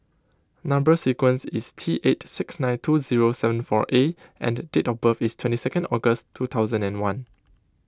Number Sequence is T eight six nine two zero seven four A and date of is twenty second August two thousand and one